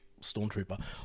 stormtrooper